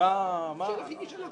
ואתה זה --- לא קשור.